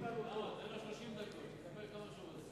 תן לו 30 דקות, שידבר כמה שהוא רוצה.